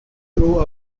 grew